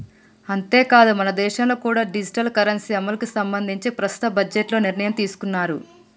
అంతేకాదు మనదేశంలో కూడా డిజిటల్ కరెన్సీ అమలుకి సంబంధించి ప్రస్తుత బడ్జెట్లో నిర్ణయం తీసుకున్నారు